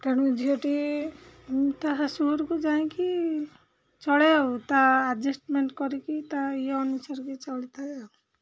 ତେଣୁ ଝିଅଟି ତା' ଶାଶୁ ଘରକୁ ଯାଇଁକି ଚଳେ ଆଉ ତା' ଆଡ଼ଜଷ୍ଟମେଣ୍ଟ କରିକି ତା' ଇଏ ଅନୁସାରେ କି ଚଳିଥାଏ ଆଉ